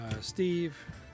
Steve